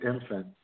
infant